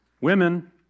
Women